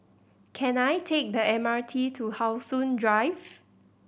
can I take the M R T to How Sun Drive